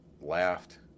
laughed